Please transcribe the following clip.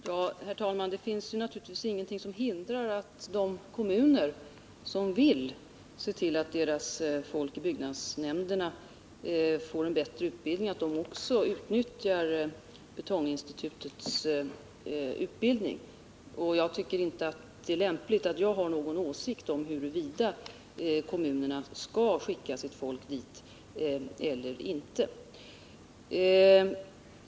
Herr talman! Ingenting hindrar naturligtvis de kommuner som vill se till att deras folk i byggnadsnämnderna får en bättre utbildning på det här området att utnyttja den utbildning som anordnas av Betonginstitutet. Jag tycker emellertid inte att det är lämpligt att jag framför någon åsikt om huruvida kommunerna skall skicka sitt folk dit eller inte.